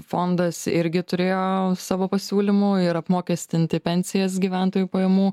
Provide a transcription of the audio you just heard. fondas irgi turėjo savo pasiūlymų ir apmokestinti pensijas gyventojų pajamų